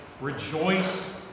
rejoice